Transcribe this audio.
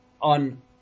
on